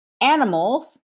animals